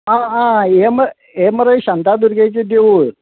आं आं हें म हें मरे शांतादुर्गेचें देवूळ